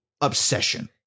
obsession